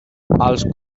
els